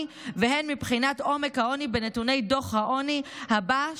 והן מבחינת עומק העוני בנתוני דוח העוני הבא,